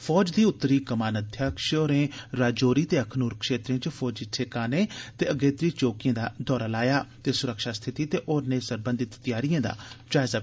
फौज दी उत्तरी कमांड अध्यक्ष होरें राजौरी ते अखनूर क्षेत्रें च फौजी ठकाने ते अग्रेत्री चौकियें दा लाया दौरा ते स्रक्षा स्थिती ते होरने सरबंधित त्यारियें दा लैता जायजा